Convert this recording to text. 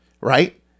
right